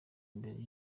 imbere